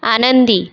आनंदी